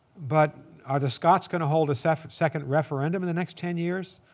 but are the scots going to hold a second second referendum in the next ten years?